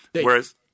Whereas